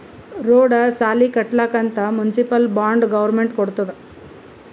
road, ಸಾಲಿ ಕಟ್ಲಕ್ ಅಂತ್ ಮುನ್ಸಿಪಲ್ ಬಾಂಡ್ ಗೌರ್ಮೆಂಟ್ ಕೊಡ್ತುದ್